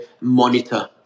monitor